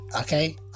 okay